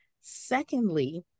Secondly